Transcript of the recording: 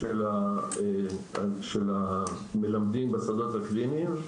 של המלמדים בשדות הקליניים,